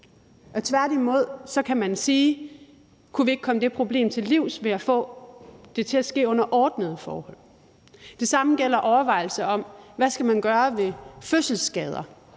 kan tværtimod spørge, om man ikke kunne komme det problem til livs ved at få det til at ske under ordnede forhold. Det samme gælder overvejelsen om, hvad man skal gøre ved fødselsskader,